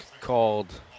called